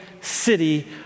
city